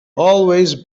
always